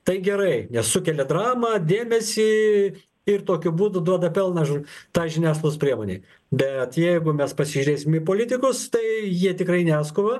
tai gerai nes sukelia dramą dėmesį ir tokiu būdu duoda pelną žur tai žiniasklaidos priemonei bet jeigu mes pasižiūrėsim į politikus tai jie tikrai neskuba